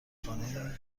خانه